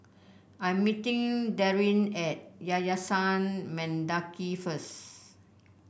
I'm meeting Darin at Yayasan Mendaki first